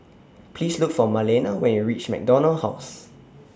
Please Look For Marlena when YOU REACH MacDonald House